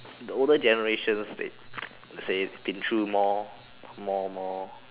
the older generation they say been through more more more